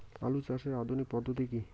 আলু চাষের আধুনিক পদ্ধতি কি?